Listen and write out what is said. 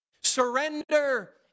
surrender